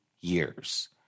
years